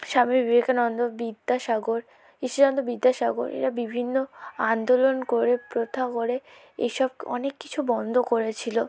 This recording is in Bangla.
স্বামী বিবেকানন্দ বিদ্যাসাগর ঈশ্বরচন্দ্র বিদ্যাসাগর এরা বিভিন্ন আন্দোলন করে প্রথা করে এসব অনেক কিছু বন্ধ করেছিল